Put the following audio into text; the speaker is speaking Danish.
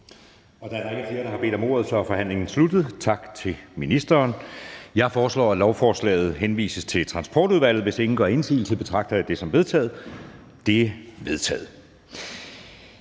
Da der ikke er flere, der har bedt om ordet, er forhandlingen sluttet. Jeg foreslår, at lovforslaget henvises til Transportudvalget. Hvis ingen gør indsigelse, betragter jeg det som vedtaget. Det er vedtaget.